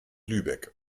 lübeck